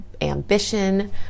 ambition